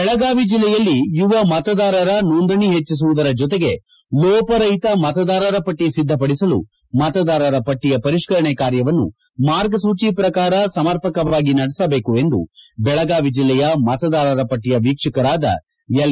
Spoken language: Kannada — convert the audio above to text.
ಬೆಳಗಾವಿ ಜಿಲ್ಲೆಯಲ್ಲಿ ಯುವ ಮತದಾರರ ನೋಂದಣಿ ಹೆಚ್ಚಿಸುವುದರ ಜತೆಗೆ ಲೋಪರಹಿತ ಮತದಾರರ ಪಟ್ಟಿ ಸಿದ್ದಪಡಿಸಲು ಮತದಾರರ ಪಟ್ಟಿಯ ಪರಿಷ್ಠರಣೆ ಕಾರ್ಯವನ್ನು ಮಾರ್ಗಸೂಚಿ ಪ್ರಕಾರ ಸಮರ್ಪಕವಾಗಿ ನಡೆಸಬೇಕು ಎಂದು ಬೆಳಗಾವಿ ಜಿಲ್ಲೆಯ ಮತದಾರರ ಪಟ್ಟಿಯ ವೀಕ್ಷಕರಾದ ಎಲ್